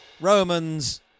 Romans